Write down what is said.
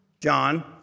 John